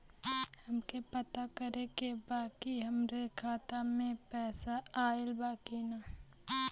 हमके पता करे के बा कि हमरे खाता में पैसा ऑइल बा कि ना?